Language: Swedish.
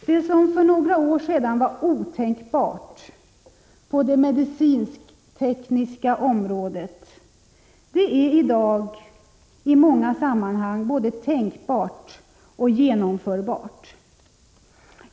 Det som för några år sedan var otänkbart på det medicinsk-tekniska området är i dag i många sammanhang både tänkbart och genomförbart.